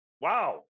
Wow